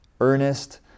earnest